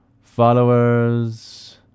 followers